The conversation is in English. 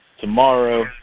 tomorrow